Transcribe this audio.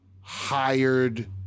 hired